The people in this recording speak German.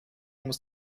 muss